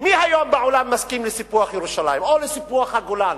מי היום בעולם מסכים לסיפוח ירושלים או לסיפוח הגולן?